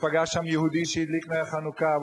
ופגש יהודי שהדליק נר חנוכה.